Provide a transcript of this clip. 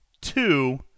two